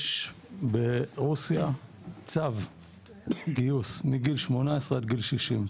יש ברוסיה צו גיוס מגיל 18 עד גיל 60,